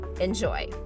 Enjoy